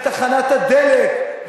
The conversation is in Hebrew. בתחנת הדלק,